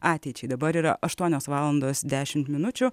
ateičiai dabar yra aštuonios valandos dešimt minučių